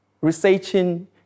researching